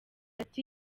ati